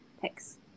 Text